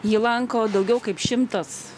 jį lanko daugiau kaip šimtas